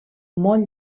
molt